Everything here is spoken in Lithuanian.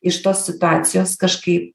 iš tos situacijos kažkaip